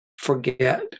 Forget